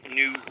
new